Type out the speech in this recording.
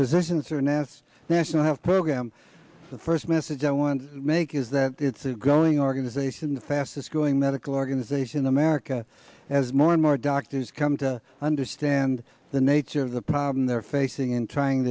physicians or an ass national health program the first message i want to make is that it's a growing organization the fastest growing medical organization america as more and more doctors come to understand the nature of the problem they're facing in trying